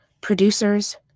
producers